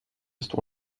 ist